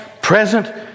present